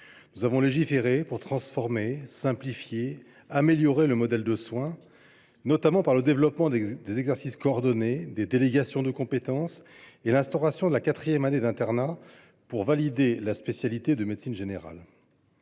Nous avons légiféré pour transformer, simplifier et améliorer le modèle de soins, notamment par le développement des exercices coordonnés et des délégations de compétences, ainsi que par l’instauration de la quatrième année d’internat, afin de valider la spécialité de médecine générale.